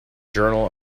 journal